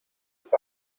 his